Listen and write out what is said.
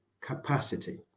capacity